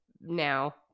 now